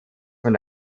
von